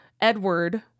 Edward